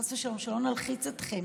חס ושלום, שלא נלחיץ אתכם,